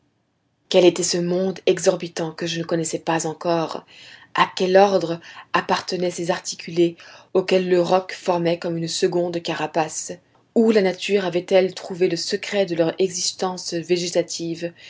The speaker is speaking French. quel était ce monde exorbitant que je ne connaissais pas encore a quel ordre appartenaient ces articulés auxquels le roc formait comme une seconde carapace où la nature avait-elle trouvé le secret de leur existence végétative